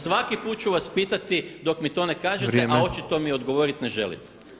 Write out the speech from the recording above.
Svaki put ću vas pitati dok mi to ne kažete a očito mi odgovoriti ne želite.